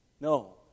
No